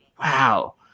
wow